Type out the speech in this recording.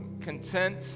content